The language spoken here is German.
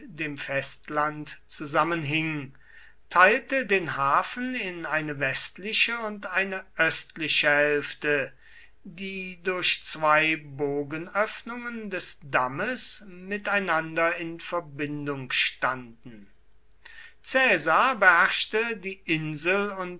dem festland zusammenhing teilte den hafen in eine westliche und eine östliche hälfte die durch zwei bogenöffnungen des dammes miteinander in verbindung standen caesar beherrschte die insel und